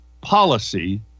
policy